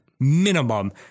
minimum